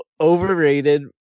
overrated